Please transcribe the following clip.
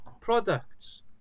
products